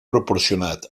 proporcionat